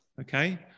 okay